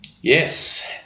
Yes